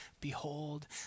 Behold